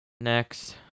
next